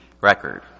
record